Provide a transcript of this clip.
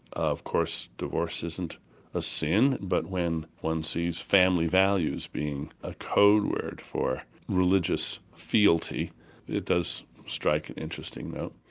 of course divorce isn't a sin but when one sees family values being a code word for religious fealty it does strike an interesting note.